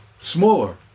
smaller